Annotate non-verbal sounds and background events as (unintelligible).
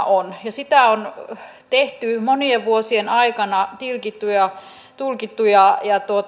(unintelligible) on sitä on tehty monien vuosien aikana tilkitty ja tulkittu ja